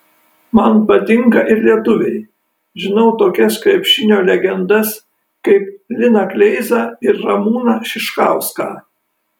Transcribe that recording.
man patinka ir lietuviai žinau tokias krepšinio legendas kaip liną kleizą ir ramūną šiškauską